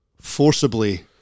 forcibly